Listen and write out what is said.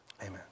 Amen